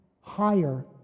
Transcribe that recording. higher